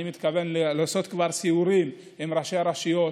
אני כבר מתכוון לעשות סיורים עם ראשי הרשויות,